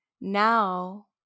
now